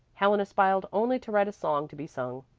helen aspired only to write a song to be sung.